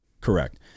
Correct